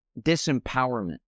disempowerment